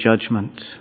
judgment